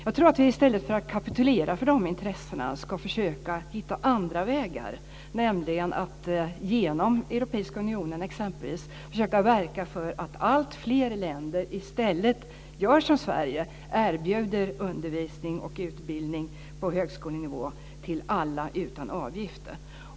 I stället för att kapitulera för de intressena ska vi försöka hitta andra vägar, nämligen att försöka verka genom t.ex. Europeiska unionen för att alltfler länder i stället gör som Sverige, dvs. erbjuder undervisning och utbildning på högskolenivå till alla utan avgifter.